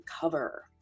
cover